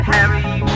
Harry